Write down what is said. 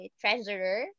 treasurer